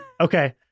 okay